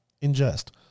ingest